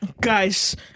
Guys